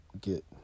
get